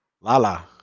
Lala